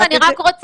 אני לא מחליטה כלום.